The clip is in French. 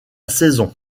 saison